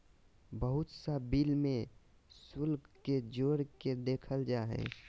बहुत सा बिल में शुल्क के जोड़ के देखल जा हइ